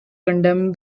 condemned